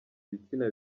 ibitsina